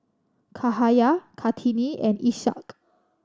Cahaya Kartini and Ishak